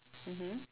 mmhmm